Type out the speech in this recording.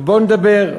ובוא נדבר.